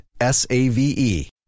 S-A-V-E